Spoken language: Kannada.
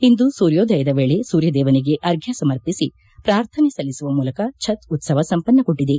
ಇಂದು ಸೂರ್ಯೋದಯದ ವೇಳೆ ಸೂರ್ಯದೇವನಿಗೆ ಅರ್ಫ್ನ ಸಮರ್ಪಿಸಿ ಪ್ರಾರ್ಥನೆ ಸಲ್ಲಿಸುವ ಮೂಲಕ ಛತ್ ಉತ್ತವ ಸಂಪನ್ನಗೊಂಡಿದೆ